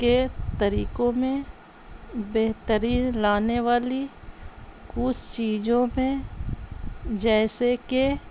کے طریقوں میں بہترین لانے والی کس چیجوں میں جیسے کہ